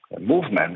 movement